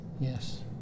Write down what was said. Yes